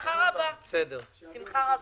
מהר יותר את הכסף.